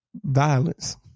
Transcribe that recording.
violence